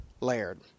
layered